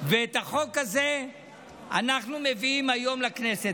ואת החוק הזה אנחנו מביאים היום לכנסת.